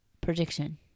Prediction